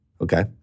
Okay